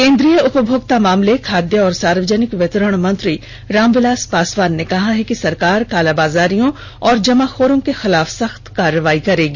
केंद्रीय उपभोक्ता मामले खाद्य और सार्वजनिक वितरण मंत्री रामविलास पासवान ने कहा है कि सरकार कालाबाजारियों और जमाखोरों के खिलाफ सख्त कार्रवाई करेगी